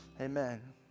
amen